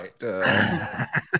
right